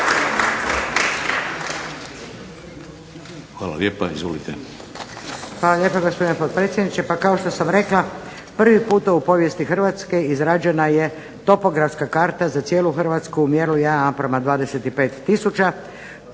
Hvala lijepa. Izvolite.